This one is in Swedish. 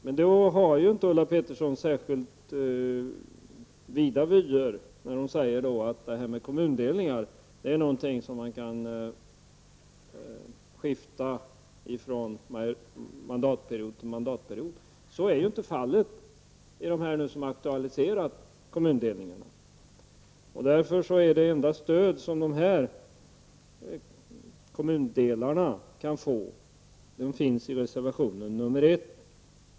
Ulla Pettersson har inte särskilt vida vyer när hon säger att kommundelningar kan skifta ifrån mandatperiod till mandatperiod. Så är det inte i de fall av kommundelningar som har aktualiserats. Det enda stöd som kommundelarna kan få finns därför i reservation nr 1.